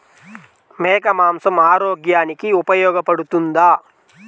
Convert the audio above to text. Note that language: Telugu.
మేక మాంసం ఆరోగ్యానికి ఉపయోగపడుతుందా?